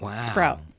sprout